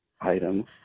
item